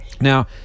Now